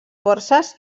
forces